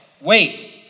Wait